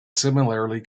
similarly